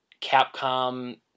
Capcom